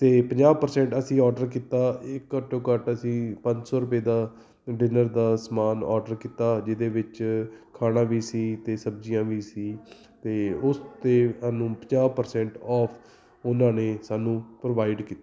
ਅਤੇ ਪੰਜਾਹ ਪ੍ਰਸੈਂਟ ਅਸੀਂ ਔਡਰ ਕੀਤਾ ਇਹ ਘੱਟੋ ਘੱਟ ਅਸੀਂ ਪੰਜ ਸੌ ਰੁਪਏ ਦਾ ਡਿਨਰ ਦਾ ਸਮਾਨ ਔਡਰ ਕੀਤਾ ਜਿਹਦੇ ਵਿੱਚ ਖਾਣਾ ਵੀ ਸੀ ਅਤੇ ਸਬਜ਼ੀਆਂ ਵੀ ਸੀ ਅਤੇ ਉਸ 'ਤੇ ਸਾਨੂੰ ਪੰਜਾਹ ਪ੍ਰਸੈਂਟ ਆਫ ਉਹਨਾਂ ਨੇ ਸਾਨੂੰ ਪ੍ਰੋਵਾਈਡ ਕੀਤੀ